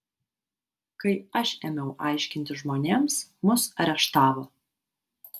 kai aš ėmiau aiškinti žmonėms mus areštavo